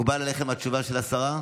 מקובלת עליכם התשובה של השרה?